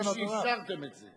על זה שאפשרתם את זה.